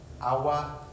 Agua